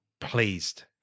pleased